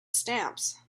stamps